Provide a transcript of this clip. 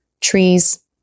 trees